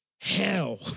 hell